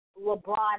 LeBron